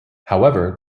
however